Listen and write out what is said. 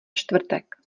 čtvrtek